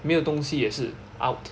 没有东西也是 out